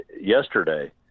yesterday –